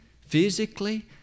physically